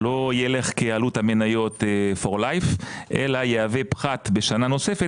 לא ילך כעלות המניות For life אלא יהווה פחת בשנה נוספת,